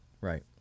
Right